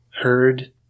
heard